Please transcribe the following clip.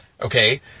Okay